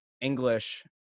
English